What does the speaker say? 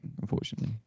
unfortunately